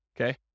okay